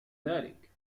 ذلك